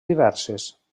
diverses